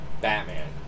Batman